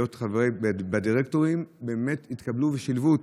חברים בדירקטורים באמת התקבלו ושילבו אותם.